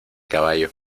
caballo